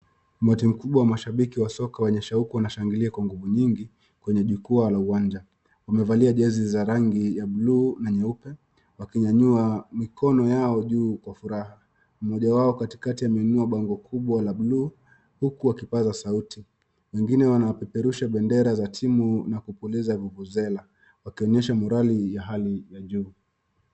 Umati mkubwa wa mashambiki wa soka wenye shauku wanashangilia kwa nguvu nyingi, kwenye jukwaa la uwanja. Wamevalia jezi za rangi ya bluu na nyeupe, wakinyanyua mikono yao juu kwa furaha. Mmoja wao katikati ameinua bango kubwa la bluu, huku akipaza sauti. Wengine wanapeperusha bendera za timu na kupuliza vuvuzela. Wakionyesha morali ya hali ya juu.